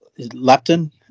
Lapton